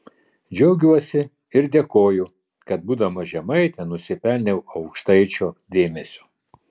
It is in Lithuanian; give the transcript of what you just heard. džiaugiuosi ir dėkoju kad būdama žemaitė nusipelniau aukštaičių dėmesio